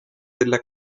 della